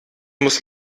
muss